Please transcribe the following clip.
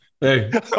Hey